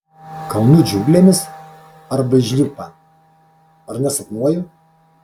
kalnų džiunglėmis arba įžnybk man ar nesapnuoju